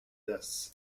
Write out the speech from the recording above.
this